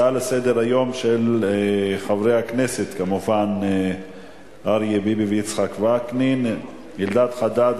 הצעות לסדר-היום של חברי הכנסת אריה ביבי ויצחק וקנין: אלדד חדד,